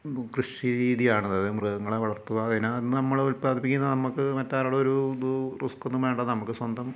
കൃഷി രീതിയാണത് അത് മൃഗങ്ങളെ വളർത്തുക അതിനകത്തുനിന്ന് നമ്മൾ ഉൽപാദിപ്പിക്കുന്നത് നമുക്ക് മറ്റൊരാളുടെ ഒരു ഇത് റിസ്ക് ഒന്നും വേണ്ട നമുക്ക് സ്വന്തം